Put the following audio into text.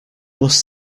must